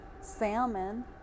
salmon